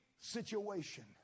situation